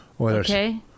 Okay